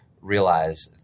realize